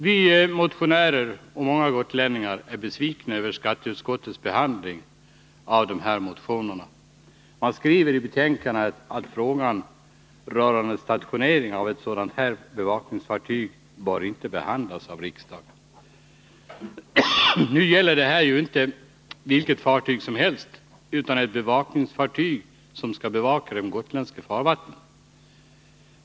Vi motionärer och många gotlänningar är besvikna över skatteutskottets behandling av dessa motioner. Man skriver i betänkandet att frågan rörande stationering av ett sådant här bevakningsfartyg inte bör behandlas av riksdagen. Nu gäller det inte vilket fartyg som helst utan ett bevakningsfartyg som skall bevaka de gotländska farvattnen.